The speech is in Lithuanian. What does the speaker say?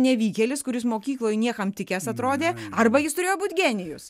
nevykėlis kuris mokykloj niekam tikęs atrodė arba jis turėjo būt genijus